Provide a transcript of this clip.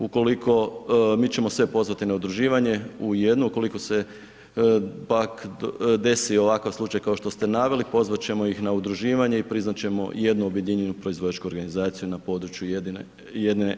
Ukoliko, mi ćemo sve pozvati na udruživanje u jednu, ukoliko se pak desi ovakav slušaj kao što ste naveli, pozvat ćemo ih na udruživanje i priznat ćemo jednu objedinjenu proizvođačku organizaciju na području jedne regije.